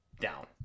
down